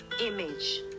image